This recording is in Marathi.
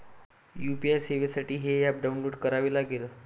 यू.पी.आय सेवेसाठी हे ऍप डाऊनलोड करावे लागेल